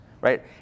right